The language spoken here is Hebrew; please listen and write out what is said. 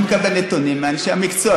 אני מקבל נתונים מאנשי המקצוע,